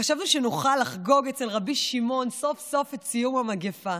חשבנו שנוכל לחגוג אצל רבי שמעון סוף-סוף את סיום המגפה.